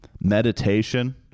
meditation